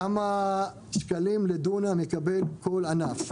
כמה שקלים לדונם יקבל כל ענף.